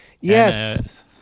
Yes